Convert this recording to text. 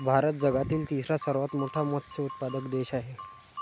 भारत जगातील तिसरा सर्वात मोठा मत्स्य उत्पादक देश आहे